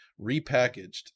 repackaged